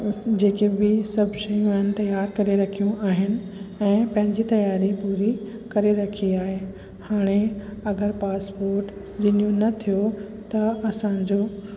जेके बि सभु शयूं आहिनि तयारु करे रखियूं आहिनि ऐं पंहिंजी तयारी पूरी करे रखी आहे हाणे अगरि पासपोर्ट रिन्यू न थियो त असांजो